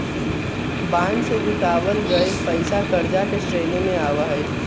bond से जुटावल गइल पैसा कर्ज के श्रेणी में आवा हई